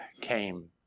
came